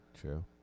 True